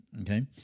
Okay